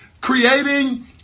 creating